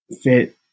fit